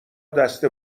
دست